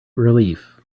relief